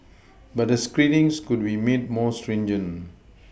but the screenings could be made more stringent